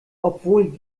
obwohl